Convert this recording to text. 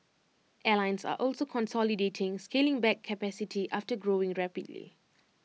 airlines are also consolidating scaling back capacity after growing rapidly